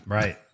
Right